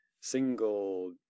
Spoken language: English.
single